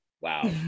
Wow